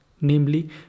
namely